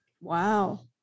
Wow